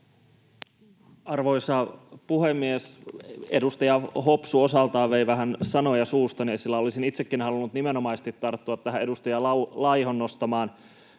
Arvoisa puhemies! Edustaja Hopsu osaltaan vei vähän sanoja suustani, sillä olisin itsekin halunnut nimenomaisesti tarttua tähän edustaja Laihon nostamaan